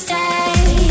Stay